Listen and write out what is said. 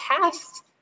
past